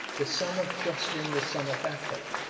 the son of joscelin, the son of atho,